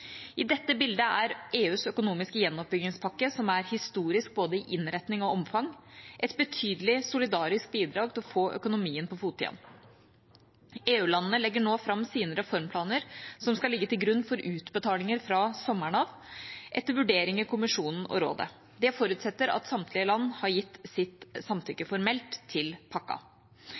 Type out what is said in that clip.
I dette bildet er EUs økonomiske gjenoppbyggingspakke – som er historisk både i innretning og omfang – et betydelig solidarisk bidrag for å få økonomien på fote igjen. EU-landene legger nå fram sine reformplaner, som skal ligge til grunn for utbetalinger fra sommeren av, etter vurdering i Kommisjonen og Rådet. Det forutsetter at samtlige land har gitt sitt samtykke formelt til